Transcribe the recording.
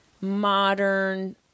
modern